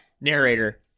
Narrator